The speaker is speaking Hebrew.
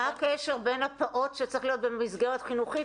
מה הקשר בין הפעוט שצריך להיות במסגרת חינוכית